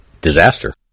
disaster